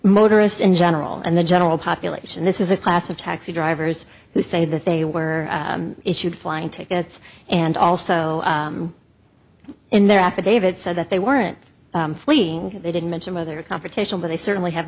motorists in general and the general population this is a class of taxi drivers who say that they were issued flying tickets and also in their affidavit said that they weren't fleeing they didn't mention whether confrontational but they certainly have